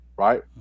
Right